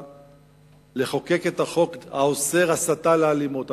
לחוקק את החוק האוסר הסתה לאלימות.